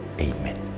Amen